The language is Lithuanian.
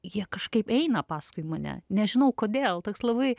jie kažkaip eina paskui mane nežinau kodėl toks labai